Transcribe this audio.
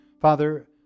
Father